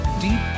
deep